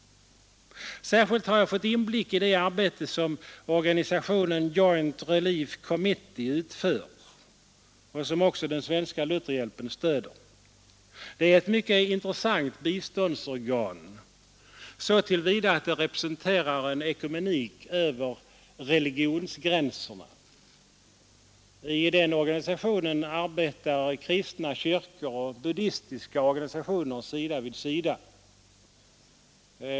Särskilt har jag fått inblick i det arbete som organisationen Joint Relief Committee utför och som också den svenska Lutherhjälpen stöder. Det är ett intressant biståndsorgan som så till vida representerar en ekumenik över religionsgränserna att i den organisationen arbetar kristna kyrkor och buddistiska organisationer sida vid sida.